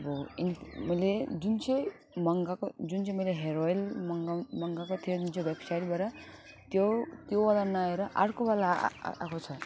अब इन मैले जुन चाहिँ मगाएको जुन चाहिँ मैले हेयर अइल मगा मगाएको थिएँ जुन चाहिँ वेबसाइटबाट त्यो ऊवाला नआएर अर्कोवाला आ आ आएको छ